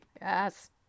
Yes